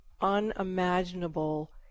unimaginable